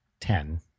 ten